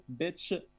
Bitch